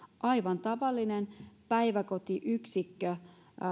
aivan tavallisen päiväkotiyksikön